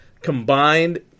combined